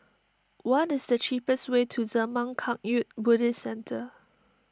what is the cheapest way to Zurmang Kagyud Buddhist Centre